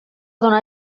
donar